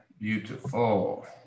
Beautiful